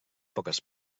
poques